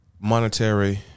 Monetary